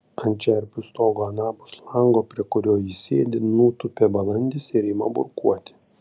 ant čerpių stogo anapus lango prie kurio ji sėdi nutūpia balandis ir ima burkuoti